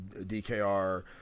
DKR